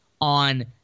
on